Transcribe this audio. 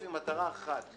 אז בסוף המטרה אחת,